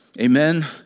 Amen